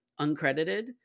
Uncredited